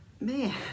man